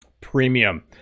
Premium